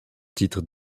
titre